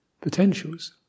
potentials